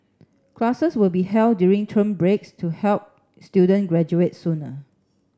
classes will be held during term breaks to help students graduate sooner